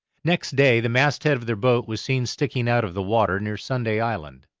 next day the masthead of their boat was seen sticking out of the water near sunday island.